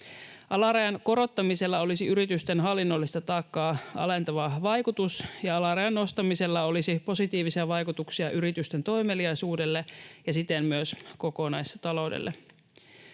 Alarajan korottamisella olisi yritysten hallinnollista taakkaa alentava vaikutus ja alarajan nostamisella olisi positiivisia vaikutuksia yritysten toimeliaisuudelle ja siten myös kokonaistaloudelle.